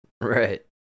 Right